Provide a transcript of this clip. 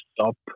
stop